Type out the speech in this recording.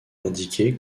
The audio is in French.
indiquée